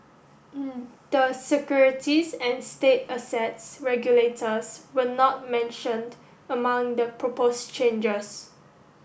the securities and state assets regulators were not mentioned among the proposed changes